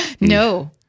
No